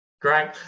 Great